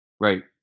right